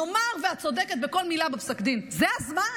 נאמר שאת צודקת בכל מילה בפסק הדין, זה הזמן?